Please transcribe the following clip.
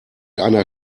einer